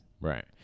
Right